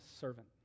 servant